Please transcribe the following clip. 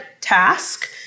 task